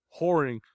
whoring